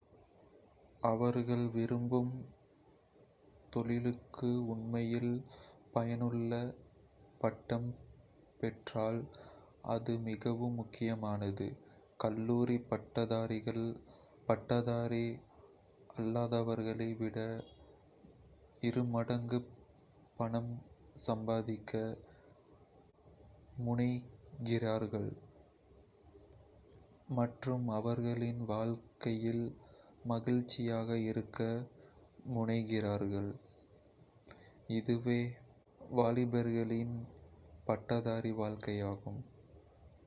அவர்கள் விரும்பும் தொழிலுக்கு உண்மையில் பயனுள்ள பட்டம் பெற்றால் அது மிகவும் முக்கியமானது. கல்லூரி பட்டதாரிகள் பட்டதாரி அல்லாதவர்களை விட இருமடங்கு பணம் சம்பாதிக்க முனைகிறார்கள் மற்றும் அவர்களின் வாழ்க்கையில் மகிழ்ச்சியாக இருக்க முனைகிறார்கள்